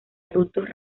adultos